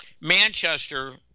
Manchester